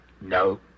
No